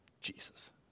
Jesus